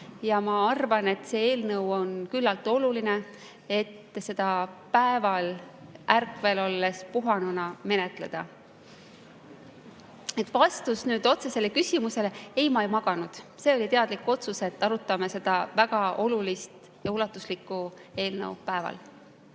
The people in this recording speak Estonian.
Ma arvan, et see eelnõu on küllaltki oluline, et seda päeval ärkvel olles puhanuna menetleda. Nii et vastus otsesele küsimusele: ei, ma ei maganud. See oli teadlik otsus, et arutame seda väga olulist ja ulatuslikku eelnõu päeva